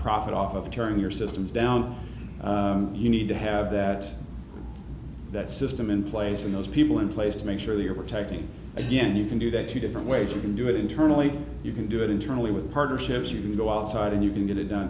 profit off of turning your systems down you need to have that that system in place and those people in place to make sure that you're protecting again you can do that two different ways you can do it internally you can do it internally with partnerships you can go outside and you can get it done